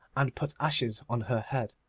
and put ashes on her head.